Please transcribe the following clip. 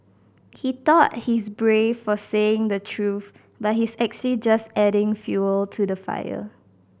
he thought he's brave for saying the truth but he's actually just adding fuel to the fire